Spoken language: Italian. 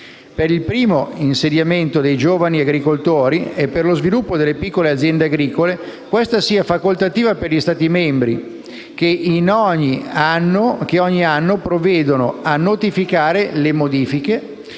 per il primo insediamento dei giovani agricoltori e per lo sviluppo delle piccole aziende agricole, questa sia facoltativa per gli Stati membri che ogni anno provvedono a notificare le modifiche,